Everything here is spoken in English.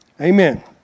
Amen